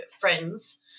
friends